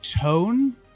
tone